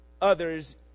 others